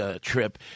trip